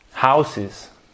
Houses